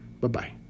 Bye-bye